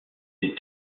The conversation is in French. des